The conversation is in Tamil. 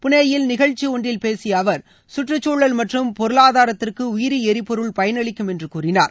புனேயில் நிகழ்ச்சி ஒன்றில் பேசிய அவர் கற்றுசூழல் மற்றும் பொருளாதாரத்திற்கு உயிரி எரிபொருள் பயனளிக்கும் என்று கூறினார்